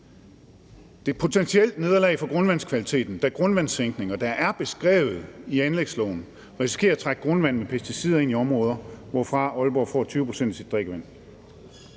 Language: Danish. et potentielt nederlag for grundvandskvaliteten, da grundvandssænkninger, der er beskrevet i anlægsloven, risikerer at trække grundvand med pesticider ind i områder, hvorfra Aalborg får 20 pct. af sit drikkevand.